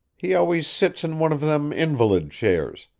he always sits in one of them invalid chairs,